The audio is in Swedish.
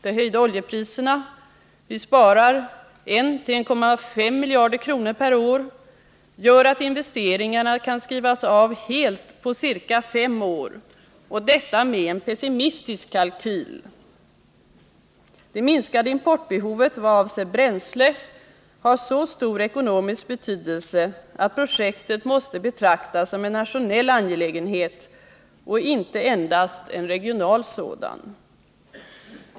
De höjda oljepriserna — vi sparar 1 —-1,5 miljarder kronor per år — gör att investeringarna kan skrivas av helt på ca fem år, och detta med en pessimistisk kalkyl. Det minskade importbehovet i vad avser bränsle har så stor ekonomisk betydelse att projektet måste betraktas som en nationell angelägenhet och inte endast en regional sådan.